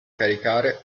caricare